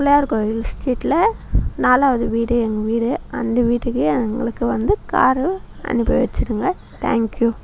பிள்ளையார் கோயில் ஸ்ட்ரீடில் நாலாவது வீடு எங்கள் வீடு அந்த வீட்டுக்கே எங்களுக்கு வந்து கார் அனுப்பி வச்சுருங்க தேங்க் யூ